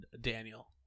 Daniel